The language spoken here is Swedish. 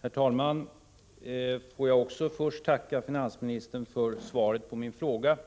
Herr talman! Jag får först tacka finansministern för svaret på min interpellation.